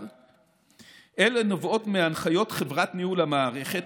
אלה נובעות מהנחיות חברת ניהול המערכת,